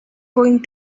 going